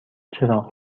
چراغ